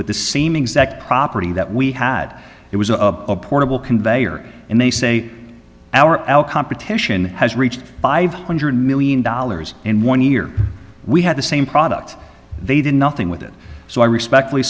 with the same exact property that we had was a portable conveyor and they say our competition has reached by five hundred million dollars in one year we had the same product they did nothing with it so i respectfully